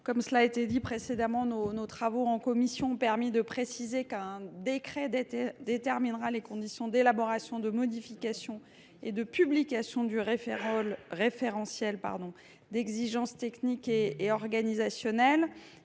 à Mme Audrey Linkenheld. Nos travaux en commission ont permis de préciser qu’un décret déterminera les conditions d’élaboration, de modification et de publication du référentiel d’exigences techniques et organisationnelles.